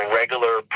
regular